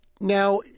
Now